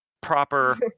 proper